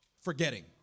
forgetting